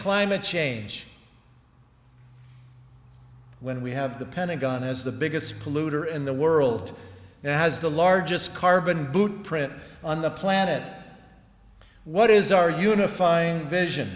climate change when we have the pentagon as the biggest polluter in the world has the largest carbon boot print on the planet what is our unifying vision